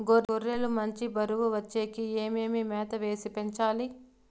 గొర్రె లు మంచి బరువు వచ్చేకి ఏమేమి మేత వేసి పెంచాలి?